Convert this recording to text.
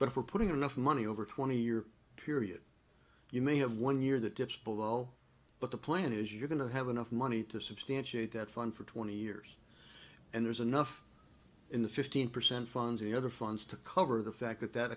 we're putting enough money over twenty year period you may have one year that gets below but the plan is you're going to have enough money to substantiate that fund for twenty years and there's enough in the fifteen percent funds in the other funds to cover the fact that that